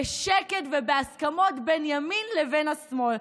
בשקט ובהסכמות בין ימין לבין השמאל.